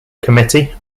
committee